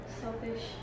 selfish